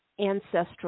ancestral